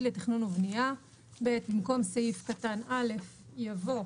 לתכנון ובנייה"; (ב)במקום סעיף קטן (א) יבוא: